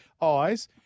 Eyes